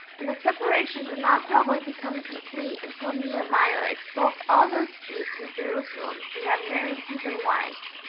and the separation did not probably become complete until nehemiah expelled all those jews from jerusalem who had married heathen wives.